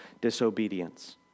disobedience